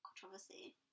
controversy